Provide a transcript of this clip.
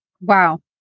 Wow